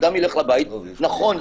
אדם ילך לבית נכון,